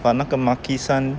but 那个 makisan